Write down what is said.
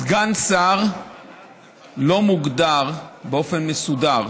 סגן שר לא מוגדר באופן מסודר,